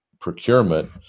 procurement